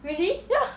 ya